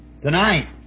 tonight